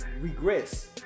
regress